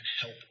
help